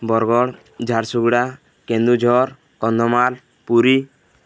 Bargarh Jharsuguda Keonjhar Kandhamal Puri